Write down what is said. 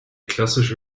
klassische